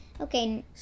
okay